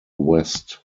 west